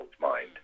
mind